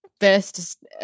first